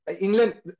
England